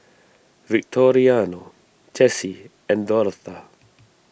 Victoriano Jessi and Dortha